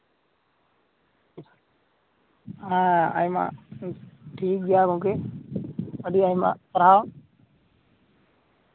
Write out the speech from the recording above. ᱦᱮᱸ ᱟᱭᱢᱟ ᱴᱷᱤᱠᱜᱮᱭᱟ ᱜᱚᱝᱠᱮ ᱟᱹᱰᱤ ᱟᱭᱢᱟ ᱥᱟᱨᱦᱟᱣ